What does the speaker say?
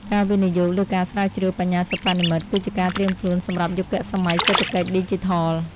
ការវិនិយោគលើការស្រាវជ្រាវបញ្ញាសិប្បនិម្មិត គឺជាការត្រៀមខ្លួនសម្រាប់យុគសម័យសេដ្ឋកិច្ចឌីជីថល។